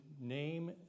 name